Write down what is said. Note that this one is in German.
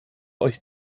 euch